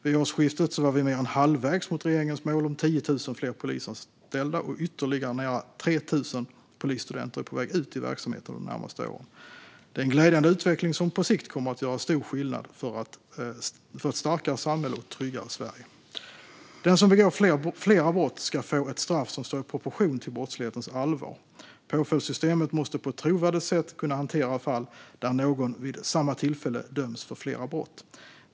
Vid årsskiftet var vi mer än halvvägs mot regeringens mål om 10 000 fler polisanställda, och ytterligare nära 3 000 polisstudenter är på väg ut i verksamheten de närmaste åren. Det är en glädjande utveckling som på sikt kommer att göra stor skillnad för ett starkare samhälle och ett tryggare Sverige. Den som begår flera brott ska få ett straff som står i proportion till brottslighetens allvar. Påföljdssystemet måste på ett trovärdigt sätt kunna hantera fall där någon vid samma tillfälle döms för flera brott.